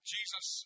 Jesus